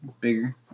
bigger